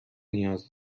نیاز